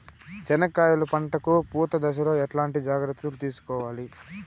చెనక్కాయలు పంట కు పూత దశలో ఎట్లాంటి జాగ్రత్తలు తీసుకోవాలి?